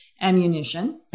ammunition